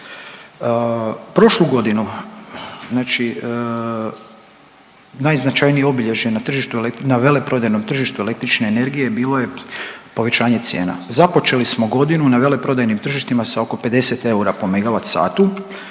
Prošlu godinu, znači najznačajnije obilježje na tržištu, na veleprodajnom tržištu električne energije bilo je povećanje cijena. Započeli smo godinu na veleprodajnim tržištima sa oko 50 eura po MWh,